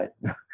right